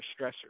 stressors